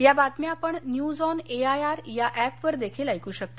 या बातम्या आपण न्यूज ऑन एआयआर या ऍपवर देखील ऐकू शकता